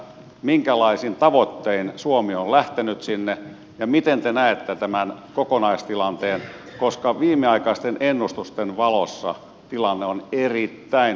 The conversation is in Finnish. minkälaisin tavoittein suomi on lähtenyt sinne ja miten te näette tämän kokonaistilanteen koska viimeaikaisten ennustusten valossa tilanne on erittäin huolestuttava